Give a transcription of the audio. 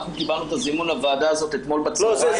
אנחנו קיבלנו את הזימון לוועדה הזאת אתמול בצהריים --- לא,